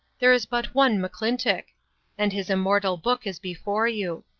there is but one mcclintock and his immortal book is before you.